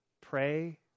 pray